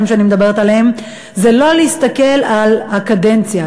שאני מדברת עליהם זה לא להסתכל על הקדנציה,